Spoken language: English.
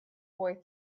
boy